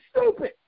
stupid